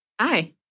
Hi